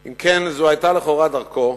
אם כן, זו היתה לכאורה דרכו,